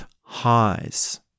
highs